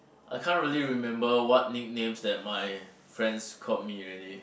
I can't really remember what nicknames that my friends called me already